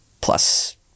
plus